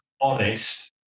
honest